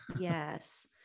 Yes